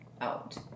out